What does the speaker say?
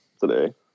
today